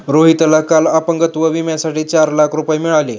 रोहितला काल अपंगत्व विम्यासाठी चार लाख रुपये मिळाले